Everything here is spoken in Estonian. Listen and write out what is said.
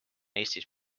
eestis